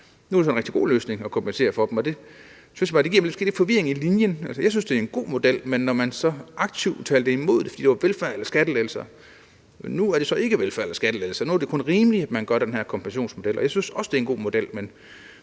Nu er det en rigtig god løsning at kompensere dem. Det synes jeg måske giver lidt forvirring i linjen. Jeg synes, det er en god model, men dengang talte man aktivt imod den, fordi det enten var velfærd eller skattelettelser. Nu er det så ikke velfærd eller skattelettelser; nu er det kun rimeligt, at man har den her kompensationsmodel. Jeg synes også, at det er en god model, men